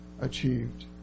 achieved